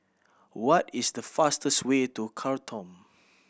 what is the fastest way to Khartoum